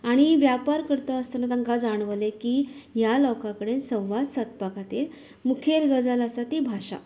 आनी व्यापार करता आसतना तांकां जाणवलें की ह्या लोकां कडेन संवाद सादपा खातीर मुखेल गजाल आसा ती भाशा